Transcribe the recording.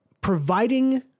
providing